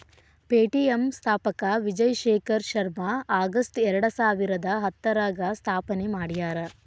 Paytm ಸ್ಥಾಪಕ Vijay Shekhar Sharma August ಎರಡಸಾವಿರದ ಹತ್ತರಾಗ ಸ್ಥಾಪನೆ ಮಾಡ್ಯಾರ